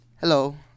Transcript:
Hello